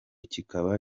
kikaba